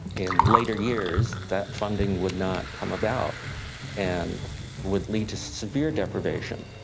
in later years, that funding would not come about and would lead to severe deprivation.